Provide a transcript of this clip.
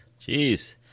jeez